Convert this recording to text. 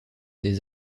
des